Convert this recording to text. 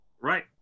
Right